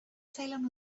salem